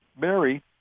Mary